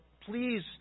please